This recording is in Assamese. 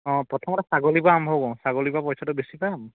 অঁ প্ৰথমতে ছাগলীৰপৰা আৰম্ভ কৰোঁ ছাগলীৰপৰা পইচাটো বেছি পাম